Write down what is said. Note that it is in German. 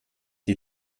die